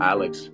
Alex